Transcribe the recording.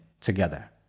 together